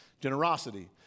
Generosity